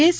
S